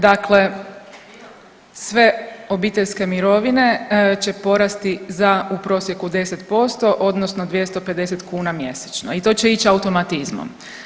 Dakle sve obiteljske mirovine će porasti za u prosjeku 10% odnosno 250 kuna mjesečno i to će ići automatizmom.